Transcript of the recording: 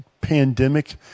pandemic